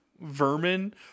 vermin